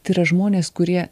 tai yra žmonės kurie